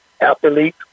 athlete